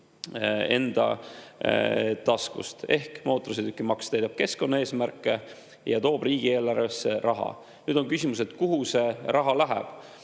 enda taskust. Mootorsõidukimaks täidab keskkonnaeesmärke ja toob riigieelarvesse raha. Nüüd on küsimus, kuhu see raha läheb.